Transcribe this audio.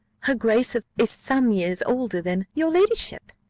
her grace of is some years older than your ladyship.